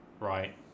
right